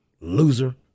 Loser